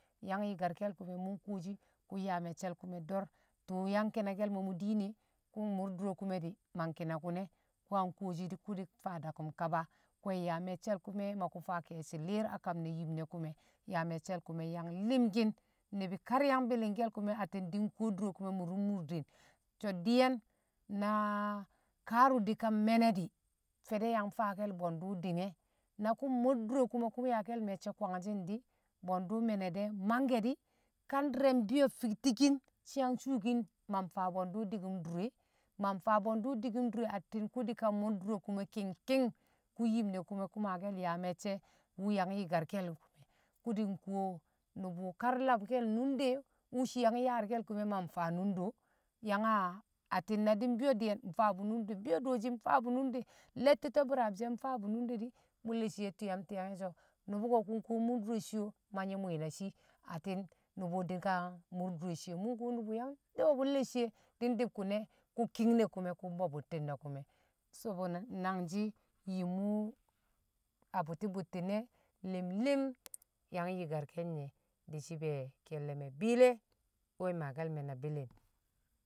yang yi̱karke̱l kṵme̱ mṵ kuwoshi kṵ nyaa me̱cce̱l kṵre̱ do̱r tṵṵ yang ki̱nal mo̱ mu diin e̱, kṵ mmur dure kṵme̱ di̱ ma nkina kṵne̱, kṵyan nkoshi kṵ mfaa dakṵm kaba kṵ yaa me̱cce̱l kṵme̱ ma kṵ faa ke̱e̱shi̱ li̱r a kam ne̱ yim ne̱ kṵ me̱ yaa me̱cce̱l kṵme̱ yang li̱mki̱n ni̱bi̱ kar yang bi̱li̱ngke̱l kṵwe̱ atti̱n di̱ nko dure kṵme̱ mṵrṵm murde̱ so̱ di̱ye̱n na kaarṵ di̱kan me̱ne̱ di̱ fe̱de̱ yang faake̱l bule̱ndṵ di̱m e̱ na kṵ mmur dure kṵme̱ kṵ yaake̱l me̱cce̱ kwangshi̱n di̱ bwe̱ndṵ me̱ne̱ de̱ mang ke̱ di̱ kan dire mbi̱yo̱ fiktikin shi̱ yang shuukin ma mfaa we̱ndṵ di̱kum dur e̱, ma mfaa bwe̱ndṵ di̱kṵm atti̱n kṵ di̱ kan mur dure kṵme̱ king king kṵ ying ne̱ kṵme̱ ke̱ maake̱l yaa me̱cce̱ wṵ yang ye̱karke̱l kṵ di̱ nko nṵbṵ kar lamke̱l nunde wṵ shii yang yaarke̱l kṵme̱ ma mfaa nundo yangka atti̱n na di mbi̱yo̱ di̱ye̱n mfaabu nunde, mbi̱yo̱ dooshi mfaabu nunde letti̱ to̱ bi̱raab she̱ mfaabṵ nunde di̱ bṵlle̱ shiye twiya twiya ye̱ so̱ nṵbṵ ko̱ kṵ nkuwo mur dure shi o̱ ma nyi wmi na shii atti̱n nṵbṵ di̱kan murdurre shiye mṵ nko nṵbṵ yang twiya bṵlle̱ shiye di̱ ndi̱b kṵne̱ kṵ king ne̱ kṵme̱ kṵ bo bṵtti̱n ne̱ kṵme̱ sabona na nang shi̱ yim wṵ a bṵti̱ bṵtti̱n e̱ li̱mli̱im yang yi̱karke̱l ni̱ye̱ di̱shi̱ be̱e̱ ke̱lle̱ me̱ biile we̱ maake̱l me̱ na bi̱li̱ng